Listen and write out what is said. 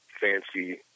fancy